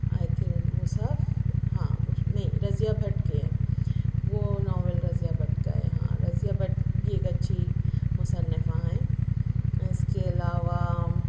آئی think Mushaf ہاں نہیں رضیہ بھٹ کے ہیں وہ ناول رضیہ بھٹ کا ہے ہاں رضیہ بھٹ بھی ایک اچھی مصنفہ ہیں اِس کے علاوہ